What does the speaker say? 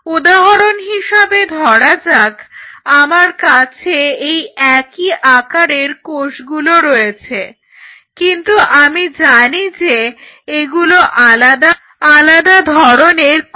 উদাহরণ হিসেবে ধরা যাক আমার কাছে এই একই আকারের কোষগুলো রয়েছে কিন্তু আমি জানি যে এগুলো আলাদা আলাদা ধরনের কোষ